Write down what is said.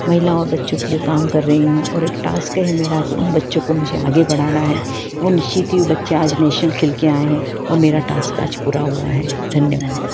महिला और बच्चों के लिए काम कर रही हूँ और एक टास्क है मेरा कि उन बच्चों को मुझे आगे बढ़ाना है वह निश्चित ही बच्चा नेशनल खेल कर आया है और मेरा टास्क आज पूरा हुआ है धन्यवाद